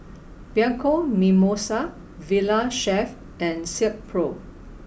Bianco Mimosa Valley Chef and Silkpro